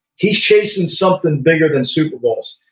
he's chasing something bigger than super bowl's,